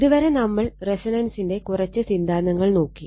ഇത് വരെ നമ്മൾ റെസൊണൻസിന്റെ കുറച്ച് സിദ്ധാന്തങ്ങൾ നോക്കി